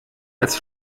als